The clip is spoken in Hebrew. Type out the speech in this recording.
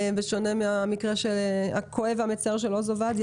בשונה מהמקרה הכואב והמצער של עוז עובדיה,